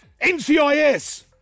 NCIS